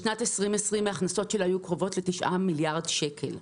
בשנת 2020 ההכנסות שלה היו קרובות ל-9 מיליארד שקל.